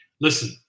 listen